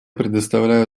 предоставляю